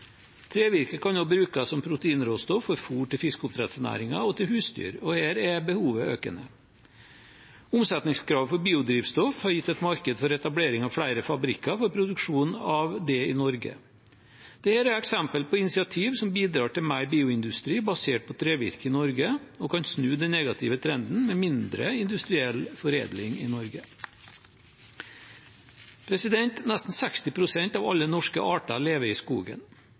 kan også brukes som proteinråstoff for fôr til fiskeoppdrettsnæringen og til husdyr, og her er behovet økende. Omsetningskravet for biodrivstoff har gitt et marked for etablering av flere fabrikker for produksjon av det i Norge. Dette er eksempel på initiativ som bidrar til mer bioindustri basert på trevirke i Norge, og som kan snu den negative trenden med mindre industriell foredling i Norge. Nesten 60 pst. av alle norske arter lever i skogen.